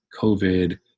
COVID